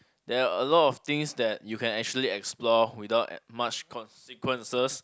there are a lot of things that you can actually explore without much consequences